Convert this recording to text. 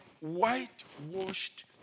whitewashed